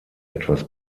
etwas